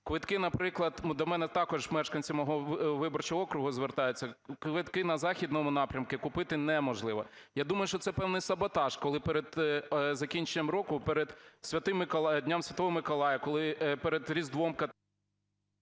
Квитки, наприклад, до мене також мешканці мого виборчого округу звертаються: квитки на західному напрямку купити неможливо. Я думаю, що це певний саботаж, коли перед закінченням року, перед Святим Миколаєм, Днем Святого